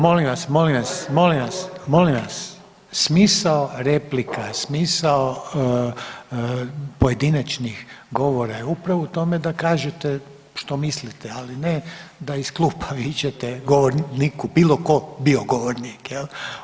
Molim vas, molim vas, molim vas, molim vas, smisao replika, smisao pojedinačnih govora je upravo u tome da kažete što mislite ali ne da iz klupa vičete govorniku bilo tko bio govornik jel.